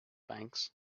banks